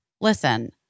Listen